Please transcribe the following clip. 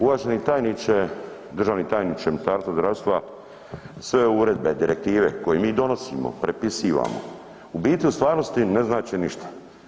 Uvaženi tajniče, državni tajniče Ministarstva zdravstva, sve uredbe, direktive koje mi donosimo, prepisivamo u biti u stvarnosti ne znače ništa.